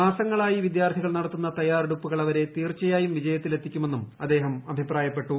മാസങ്ങളായി വിദ്യാർത്ഥികൾ നടത്തുന്ന തയ്യാറെടുപ്പുകൾ തീർച്ചയായും അവരെ വിജയത്തിലെത്തിക്കുമെന്നും അദ്ദേഹം അഭിപ്രായപ്പെട്ടു